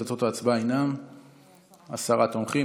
תוצאות ההצבעה הן עשרה תומכים,